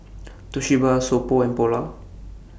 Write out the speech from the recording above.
Toshiba So Pho and Polar